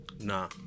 nah